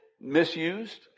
misused